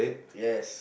yes